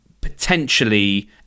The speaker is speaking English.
potentially